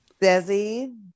Desi